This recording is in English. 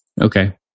Okay